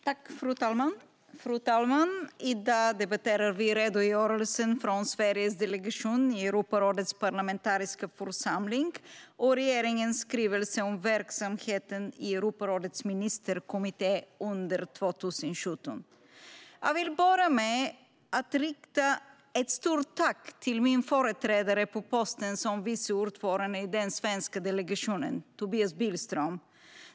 Fru talman! I dag debatterar vi redogörelsen från Sveriges delegation i Europarådets parlamentariska församling och regeringens skrivelse om verksamheten i Europarådets ministerkommitté under 2017. Jag vill börja med att rikta ett stort tack till min företrädare på posten som vice ordförande i den svenska delegationen: Tobias Billström.